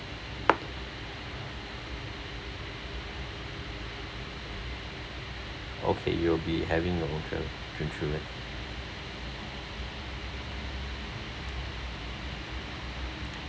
okay you'll be having your own travel insurance